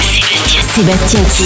Sébastien